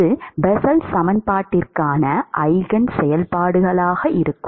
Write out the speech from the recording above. அது பெசல் சமன்பாட்டிற்கான ஈஜென் செயல்பாடுகளாக இருக்கும்